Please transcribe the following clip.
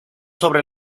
sobre